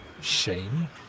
shame